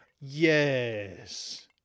Yes